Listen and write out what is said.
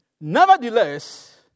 nevertheless